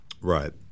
Right